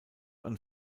man